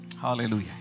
Hallelujah